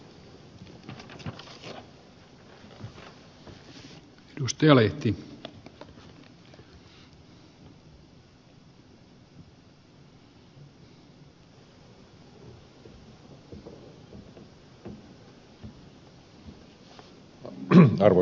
arvoisa herra puhemies